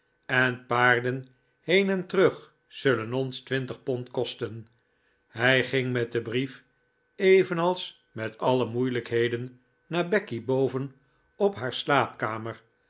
en paarden heen en terug zullen ons twintig pond kosten hij ging met den brief evenals met alle moeilijkheden naar becky boven op haar slaapkamer